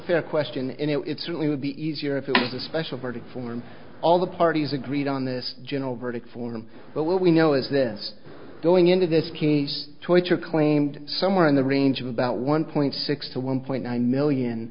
fair question it certainly would be easier if the special verdict form all the parties agreed on this general verdict form but what we know is this going into this case twitter claimed somewhere in the range of about one point six to one point nine million